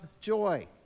joy